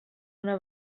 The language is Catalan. una